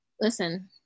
listen